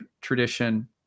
tradition